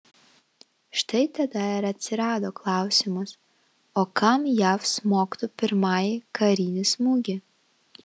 štai tada ir atsirado klausimas o kam jav smogtų pirmąjį karinį smūgį